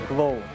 Glow